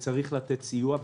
וצריך לתת סיוע.